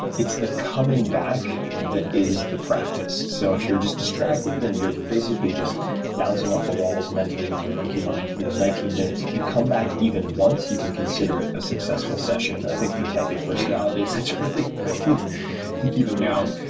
it's the coming back that is the practice. so if you're just distracted, and you're basically just bouncing off the walls mentally with your monkey mind for those nineteen minutes, if you come back even once, you can consider it a successful succession. i think for type a personalities that's really important to keep in mind. um